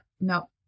No